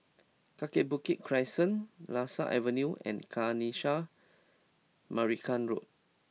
Kaki Bukit Crescent Lasia Avenue and Kanisha Marican Road